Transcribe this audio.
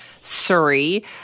Surrey